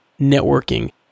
networking